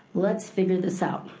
let's figure this out.